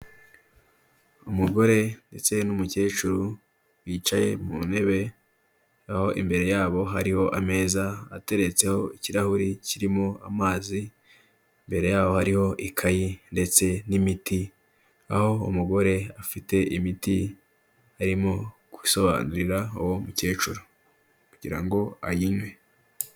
Umugore ndetse n'umukecuru bicaye mu ntebe, aho imbere yabo hariho ameza ateretseho ikirahuri kirimo amazi, imbere yaho hariho ikayi ndetse n'imiti, aho umugore afite imiti, arimo gusobanurira uwo mukecuru kugira ngo ayinywe.